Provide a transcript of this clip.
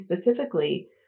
specifically